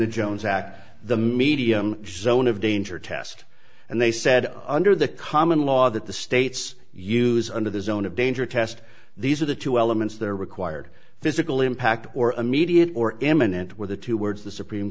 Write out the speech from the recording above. act the medium zone of danger test and they said under the common law that the states use under the zone of danger test these are the two elements that are required physical impact or immediate or eminent where the two words the supreme